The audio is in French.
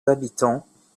habitants